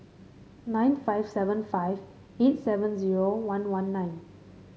nine five seven five eight seven zero one one nine